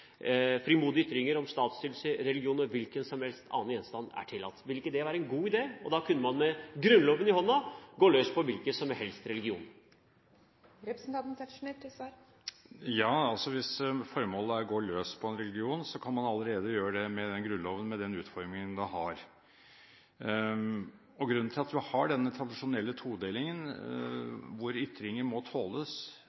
frimodige ytringer om statsstyrelse, religion og en hvilken som helst annen gjenstand er tillatt? Ville ikke det være en god idé? Da kunne man med Grunnloven i hånden gå løs på en hvilken som helst religion. Hvis formålet er å gå løs på en religion, kan man allerede gjøre det med den utformingen Grunnloven har. Grunnen til at vi har denne tradisjonelle todelingen,